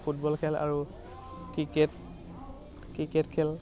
football খেল আৰু cricket cricket খেল